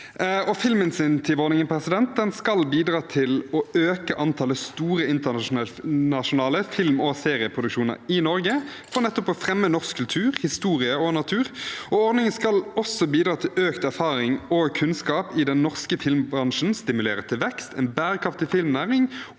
Filminsentivordningen skal bidra til å øke antallet store internasjonale film- og serieproduksjoner i Norge og fremme norsk kultur, historie og natur. Ordningen skal også bidra til økt erfaring og kunnskap i den norske filmbransjen, stimulere til vekst, en bærekraftig filmnæring